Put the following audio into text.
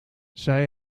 zij